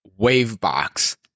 Wavebox